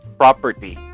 property